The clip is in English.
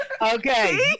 Okay